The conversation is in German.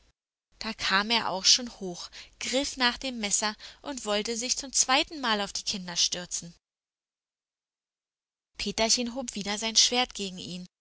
da kam er auch schon hoch griff nach dem messer und wollte sich zum zweitenmal auf die kinder stürzen peterchen hob sofort wieder sein schwert gegen ihn